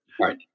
Right